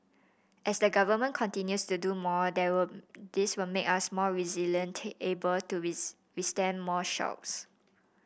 as the Government continues to do more there will this will make us more resilient able to with withstand more shocks